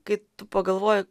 kai tu pagalvoji